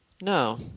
No